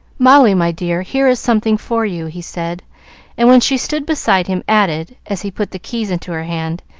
molly, my dear, here is something for you, he said and when she stood beside him, added, as he put the keys into her hand,